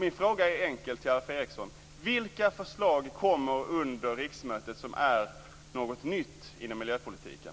Min fråga till Alf Eriksson är enkel: Vilka förslag kommer under riksmötet som innebär något nytt inom miljöpolitiken?